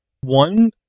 One